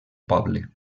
poble